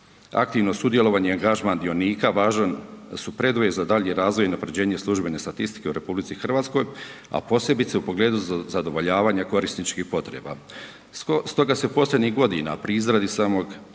Aktivno sudjelovanje i angažman dionika važan su preduvjet za daljnji razvoj i unapređenje službene statistike u RH, a posebice u pogledu zadovoljavanja korisničkih potreba. Stoga se posljednjih godina pri izradi samog